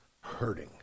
hurting